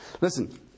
Listen